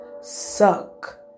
suck